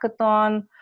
hackathon